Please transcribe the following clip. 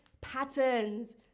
patterns